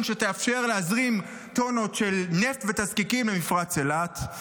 שתאפשר להזרים טונות של נפט ותזקיקים במפרץ אילת,